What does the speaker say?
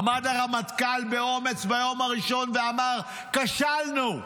עמד הרמטכ"ל באומץ ביום הראשון ואמר: כשלנו.